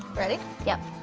ready? yep.